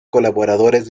colaboradores